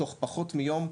תוך פחות מיום,